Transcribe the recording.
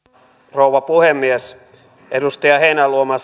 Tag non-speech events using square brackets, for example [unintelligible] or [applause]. rouva puhemies edustaja heinäluoma [unintelligible]